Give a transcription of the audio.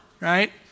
right